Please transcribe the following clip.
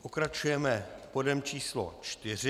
Pokračujeme bodem číslo 4.